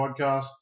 podcast